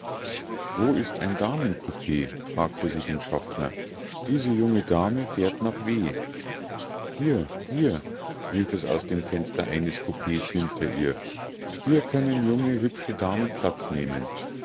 wo ist ein damenkoupee fragte sie den schaffner diese junge dame fährt nach w hier hier rief es aus dem fenster eines koupees hinter ihr hier können junge hübsche damen platz nehmen